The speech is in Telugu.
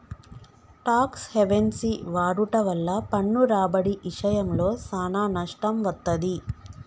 టాక్స్ హెవెన్సి వాడుట వల్ల పన్ను రాబడి ఇశయంలో సానా నష్టం వత్తది